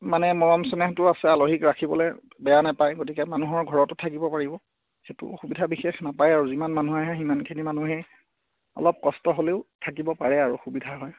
মানে মৰম চেনেহটো আছে আলহীক ৰাখিবলৈ বেয়া নাপায় গতিকে মানুহৰ ঘৰটো থাকিব পাৰিব সেইটো সুবিধা বিশেষ নাপাই আৰু যিমান মানুহে আহে সিমানখিনি মানুহেই অলপ কষ্ট হ'লেও থাকিব পাৰে আৰু সুবিধা হয়